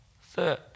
Third